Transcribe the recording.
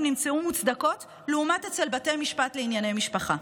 נמצאו מוצדקות לעומת אצל בתי המשפט לענייני משפחה.